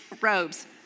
Robes